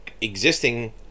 existing